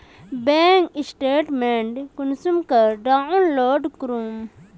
Bank statement कुंसम करे download करूम?